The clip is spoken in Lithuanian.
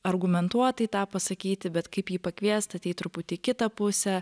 argumentuotai tą pasakyti bet kaip jį pakviest ateit truputį į kitą pusę